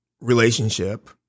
relationship